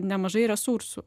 nemažai resursų